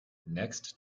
next